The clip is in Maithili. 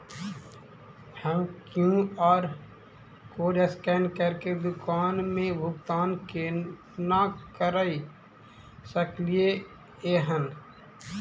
हम क्यू.आर कोड स्कैन करके दुकान मे भुगतान केना करऽ सकलिये एहन?